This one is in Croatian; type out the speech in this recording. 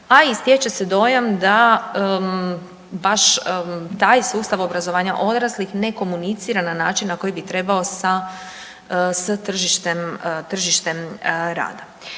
a i stječe se dojam da baš taj sustav obrazovanja odraslih ne komunicira na način na koji bi trebao s tržištem,